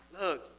look